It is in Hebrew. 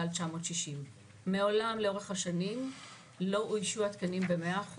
על 960. מעולם לאורך השנים לא אוישו התקנים ב-100%